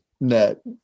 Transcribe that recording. net